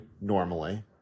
normally